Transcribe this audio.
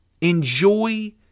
Enjoy